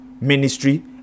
Ministry